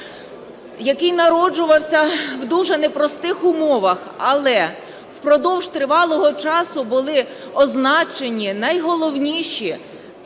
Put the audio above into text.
який народжувався у дуже непростих умовах, але впродовж тривалого часу були означені найголовніші,